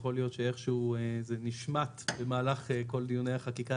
יכול להיות שאיכשהו זה נשמט במהלך כל דיוני החקיקה,